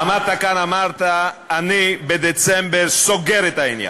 עמדת כאן, אמרת: אני בדצמבר סוגר את העניין.